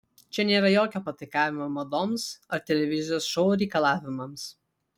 čia nėra jokio pataikavimo madoms ar televizijos šou reikalavimams